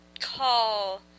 call